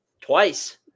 Twice